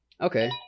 Okay